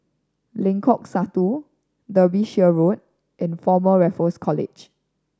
Lengkok Satu Derbyshire Road and Former Raffles College